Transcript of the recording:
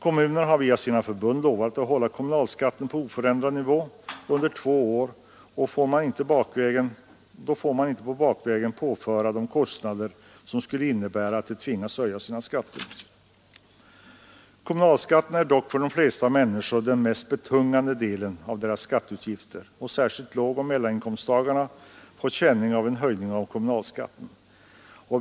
Kommunerna har via sina förbund lovat att hålla kommunalskatten på oförändrad nivå under två år, och då får man inte bakvägen påföra dem kostnader som skulle innebära att de tvingas höja sina skatter. Kommunalskatten är för de flesta människor den mest betungande delen av deras skatteutgifter, och särskilt lågoch mellaninkomsttagarna får känning av en höjning av kommunalskatten.